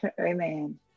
Amen